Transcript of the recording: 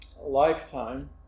lifetime